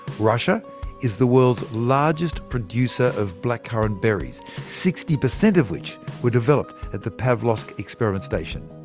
russia is the world's largest producer of blackcurrant berries sixty percent of which were developed at the pavlovsk experiment station.